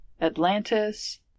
Atlantis